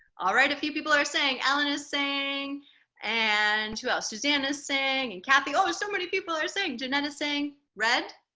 all right a few people are saying ellen is saying and well suzanne is saying and kathy oh so many people are saying jeanette is saying red